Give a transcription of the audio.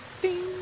Ding